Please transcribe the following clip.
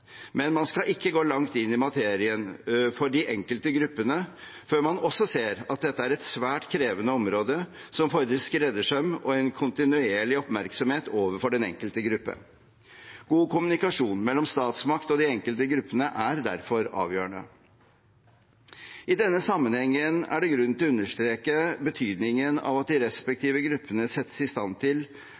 men man skal ikke gå langt inn i materien for de enkelte gruppene før man også ser at dette er et svært krevende område som fordrer skreddersøm og en kontinuerlig oppmerksomhet overfor den enkelte gruppe. God kommunikasjon mellom statsmakten og de enkelte gruppene er derfor avgjørende. I denne sammenhengen er det grunn til å understreke betydningen av at de respektive gruppene settes i stand til